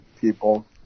people